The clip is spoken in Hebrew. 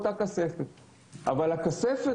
לכן אנחנו מבקשים את אותה הקלה,